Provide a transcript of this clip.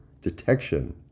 detection